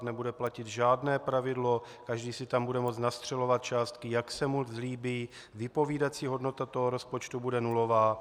Nebude platit žádné pravidlo, každý si tam bude moct nastřelovat částky, jak se mu zlíbí, vypovídací hodnota bude nulová.